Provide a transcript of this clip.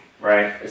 Right